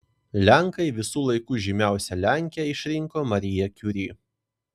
lenkai visų laikų žymiausia lenke išrinko mariją kiuri